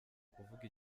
kuvuga